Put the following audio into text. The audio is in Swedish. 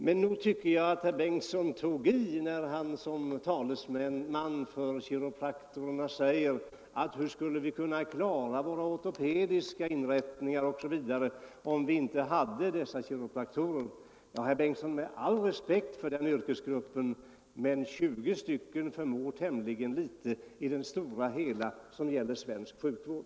Men nog tycker jag att herr Bengtsson tar i när han som talesman för kiropraktorerna frågar hur vi skulle kunna klara våra ortopediska inrättningar om vi inte hade dessa kiropraktorer. Ja, herr Bengtsson, med all respekt för den yrkesgrupp det här gäller vill jag dock säga, att 20 stycken förmår tämligen litet i det stora hela när det gäller svensk sjukvård.